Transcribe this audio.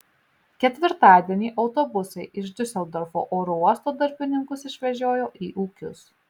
ketvirtadienį autobusai iš diuseldorfo oro uosto darbininkus išvežiojo į ūkius